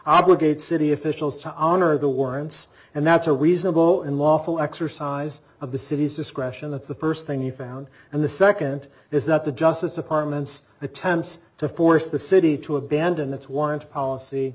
obligate city officials to honor the warrants and that's a reasonable and lawful exercise of the city's discretion that's the first thing you found and the second is that the justice department's attempts to force the city to abandon its warrant policy